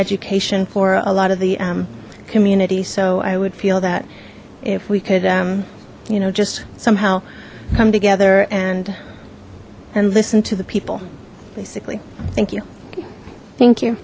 education for a lot of the community so i would feel that if we could you know just somehow come together and and listen to the people basically thank you thank you